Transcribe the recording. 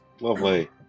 Lovely